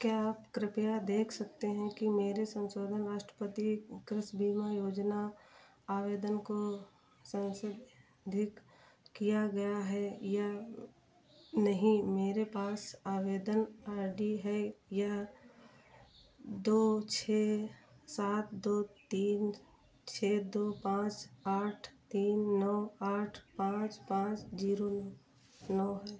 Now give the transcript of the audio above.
क्या आप कृपया देख सकते हैं कि मेरे संशोधन राष्ट्रपति कृषि बीमा योजना आवेदन को संसाधिक किया गया है या नहीं मेरे पास आवेदन आइ डी है यह दो छः सात दो तीन छः दो पाँच आठ तीन नौ आठ पाँच पाँच जीरो नौ नौ है